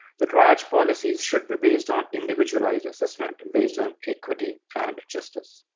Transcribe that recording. the triage policies should be based on individualized assessment and based on equity and justice.